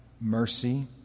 mercy